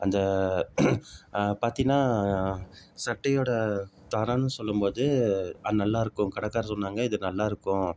அந்த பாத்தோன்னா சட்டையோட தரம்னு சொல்லும் போது அது நல்லாயிருக்கும் கடைக்காரர் சொன்னாங்க இது நல்லாயிருக்கும்